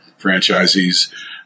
franchisees